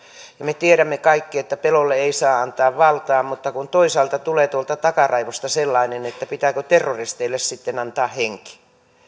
ja me tiedämme kaikki että pelolle ei saa antaa valtaa mutta toisaalta tulee tuolta takaraivosta sellainen että pitääkö terroristeille sitten antaa henki